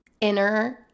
inner